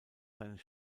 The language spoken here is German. seines